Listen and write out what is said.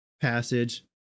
passage